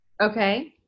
Okay